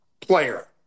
player